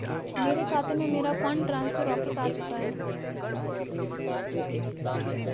मेरे खाते में, मेरा फंड ट्रांसफर वापस आ चुका है